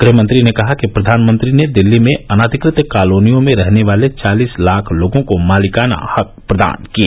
गृहमंत्री ने कहा कि प्रधानमंत्री ने दिल्ली में अनाधिकृत कालोनियों में रहने वाले चालिस लाख लोगों को मालिकाना हक प्रदान किए